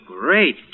Great